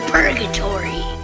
Purgatory